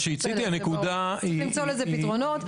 צריך למצוא לזה פתרונות.